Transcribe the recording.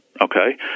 okay